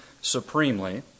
supremely